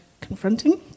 confronting